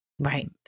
Right